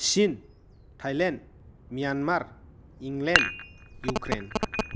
China Thailand Myanmar England Ukraine